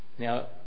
Now